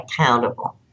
accountable